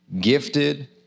Gifted